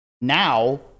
Now